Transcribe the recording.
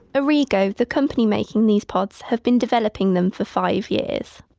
ah aurrigo, the company making these pods, have been developing them for five years.